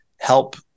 help